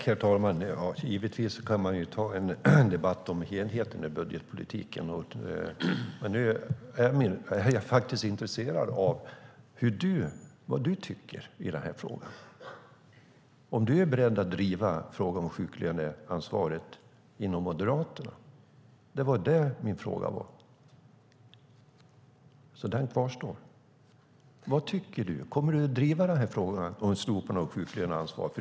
Herr talman! Givetvis kan vi ta en debatt om helheten i budgetpolitiken. Men nu är jag faktiskt intresserad av vad Jessica Polfjärd tycker i den här frågan, om hon är beredd att driva frågan om sjuklöneansvaret inom Moderaterna. Det var det som var min fråga, och den kvarstår. Vad tycker du? Kommer du att driva frågan om slopande av sjuklöneansvar?